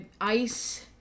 ice